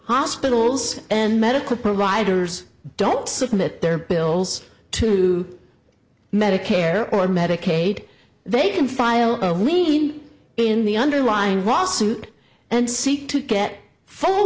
hospitals and medical providers don't submit their bills to medicare or medicaid they can file a lean in the underlying raw suit and seek to get full